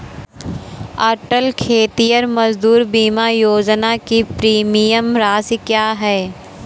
अटल खेतिहर मजदूर बीमा योजना की प्रीमियम राशि क्या है?